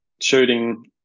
shooting